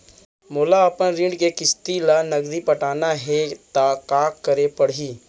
मोला अपन ऋण के किसती ला नगदी पटाना हे ता का करे पड़ही?